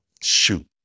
shoot